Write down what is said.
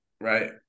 right